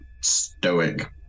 stoic